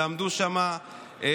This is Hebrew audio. ועמדו שם שעות.